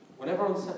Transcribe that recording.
Whenever